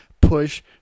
push